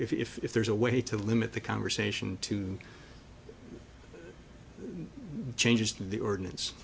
if there's a way to limit the conversation to change the ordinance